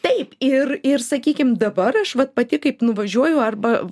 taip ir ir sakykim dabar aš vat pati kaip nuvažiuoju arba